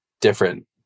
different